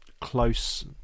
close